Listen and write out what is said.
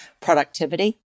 productivity